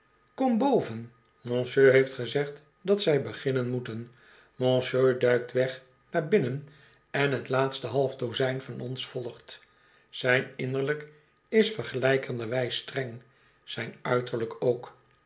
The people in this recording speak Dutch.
kom boven monsieur heeft gezegd dat zij beginnen moeten monsieur duikt weg naar binnen en t laatste half dozijn van ons volgt zijn innerlijk is vergelijkenderwigs streng zijn uiterlijk ook